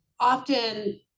Often